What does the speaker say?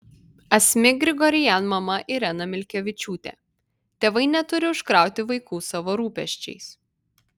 asmik grigorian mama irena milkevičiūtė tėvai neturi užkrauti vaikų savo rūpesčiais